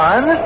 One